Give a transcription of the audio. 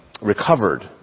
recovered